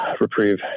reprieve